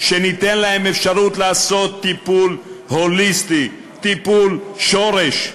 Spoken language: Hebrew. ניתן להם אפשרות לעשות טיפול הוליסטי, טיפול שורש,